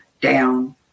down